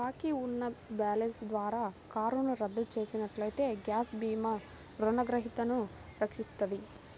బాకీ ఉన్న బ్యాలెన్స్ ద్వారా కారును రద్దు చేసినట్లయితే గ్యాప్ భీమా రుణగ్రహీతను రక్షిస్తది